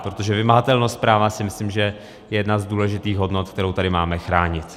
Protože vymahatelnost práva si myslím, že je jedna z důležitých hodnot, kterou tady máme chránit.